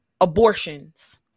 abortions